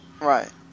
Right